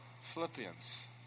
Philippians